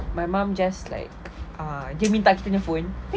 my mum just like ah give me touch you punya phone